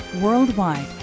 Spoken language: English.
Worldwide